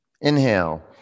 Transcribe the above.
inhale